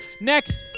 next